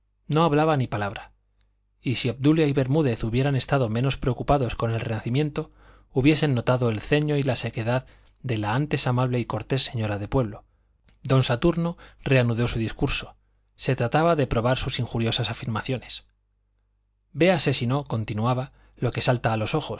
no hablaba ni palabra y si obdulia y bermúdez hubieran estado menos preocupados con el renacimiento hubiesen notado el ceño y la sequedad de la antes amable y cortés señora de pueblo don saturno reanudó su discurso se trataba de probar sus injuriosas afirmaciones véase si no continuaba lo que salta a los ojos